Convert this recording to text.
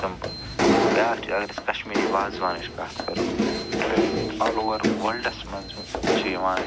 symbol بیٛاکھ چھِ اَگر أسۍ کَشمیٖری وازٕوانٕچ کَتھ کرو تہٕ آل اُوَر وارلڈَس منٛزچھِ یِوان